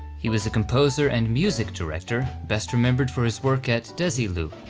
he was a composer and music director best remembered for his work at desilu,